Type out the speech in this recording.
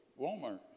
Walmart